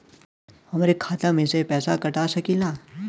हमरे खाता में से पैसा कटा सकी ला?